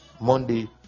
monday